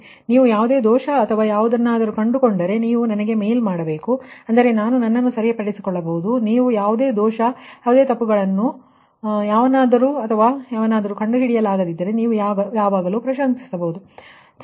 ಆದ್ದರಿಂದ ನೀವು ಯಾವುದೇ ದೋಷ ಅಥವಾ ಯಾವುದನ್ನಾದರೂ ಕಂಡುಕೊಂಡರೆ ನೀವು ನನಗೆ ಮೇಲ್ ಕಳುಹಿಸಬೇಕು ಅಂದರೆ ನಾನು ನನ್ನನ್ನು ಸರಿಪಡಿಸಿಕೊಳ್ಳಬಹುದು ಮತ್ತು ನೀವು ಯಾವುದೇ ದೋಷ ಅಥವಾ ಯಾವುದೇ ತಪ್ಪುಗಳನ್ನು ಕಂಡುಹಿಡಿದರೆ ನೀವು ಪ್ರಶಂಶಿಸಲ್ಪಡುತ್ತಿರಿ